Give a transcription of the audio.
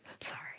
Sorry